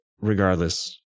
Regardless